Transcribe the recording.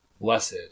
Blessed